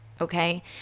okay